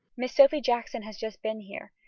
miss sophy jackson has just been here.